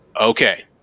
Okay